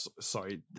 sorry